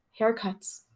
haircuts